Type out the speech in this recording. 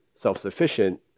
self-sufficient